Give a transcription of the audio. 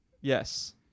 Yes